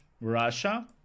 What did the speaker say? Russia